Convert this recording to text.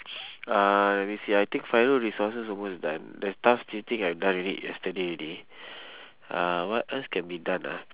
uh let me see ah I think final resources almost done the task listing I done already yesterday already uh what else can be done ah